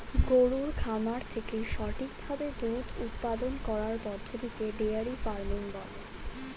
গরুর খামার থেকে সঠিক ভাবে দুধ উপাদান করার পদ্ধতিকে ডেয়ারি ফার্মিং বলে